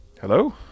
Hello